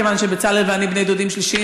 כיוון שבצלאל ואני בני דודים שלישיים.